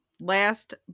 Last